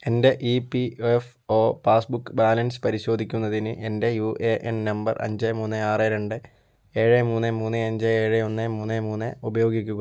എന്റെ E P F O passbook balance പരിശോധിക്കുന്നതിന് എന്റെ യു എ എൻ നമ്പർ അഞ്ച് മൂന്ന് ആറ് രണ്ട് ഏഴ് മൂന്ന് മൂന്ന് അഞ്ച് ഏഴ് ഒന്ന് മൂന്ന് മൂന്ന് ഉപയോഗിക്കുക